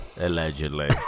allegedly